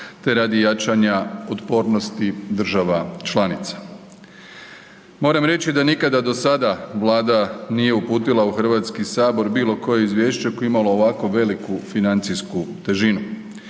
te radi jačanja otpornosti država članica. Moram reći da nikada do sada Vlada nije uputila u Hrvatski sabor bilo koje izvješće koje je imalo ovako veliku financijsku težinu